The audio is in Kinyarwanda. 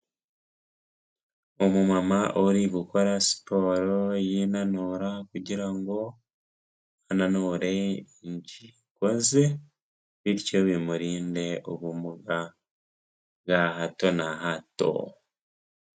Umumama uri gukora siporo yinanura kugira ngo ananure impyiko ze, bityo bimurinde ubumuga bwa hato na hato.